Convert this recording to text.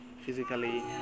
physically